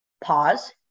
pause